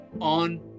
on